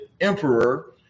emperor